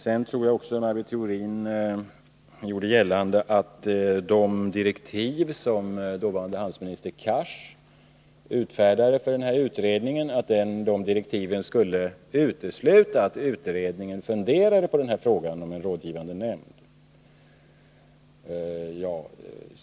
Sedan tror jag att Maj Britt Theorin också gjort gällande att de direktiv för utredningen som dåvarande handelsministern Cars utfärdade skulle utesluta att utredningen funderade på frågan om en rådgivande nämnd.